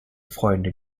freunde